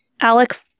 Alec